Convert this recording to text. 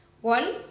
One